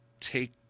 take